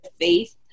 faith